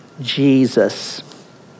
Jesus